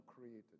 created